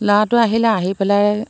ল'ৰাটো আহিলে আহি পেলাই